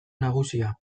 nagusia